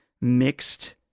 mixed